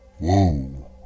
Whoa